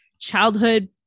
childhood